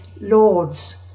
lords